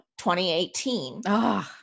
2018